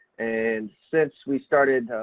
and since we started,